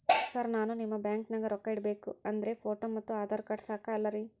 Sir ನಾನು ನಿಮ್ಮ ಬ್ಯಾಂಕನಾಗ ರೊಕ್ಕ ಇಡಬೇಕು ಅಂದ್ರೇ ಫೋಟೋ ಮತ್ತು ಆಧಾರ್ ಕಾರ್ಡ್ ಸಾಕ ಅಲ್ಲರೇ?